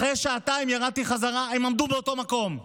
אחרי שעתיים ירדתי בחזרה, הם עמדו באותו מקום.